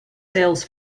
sales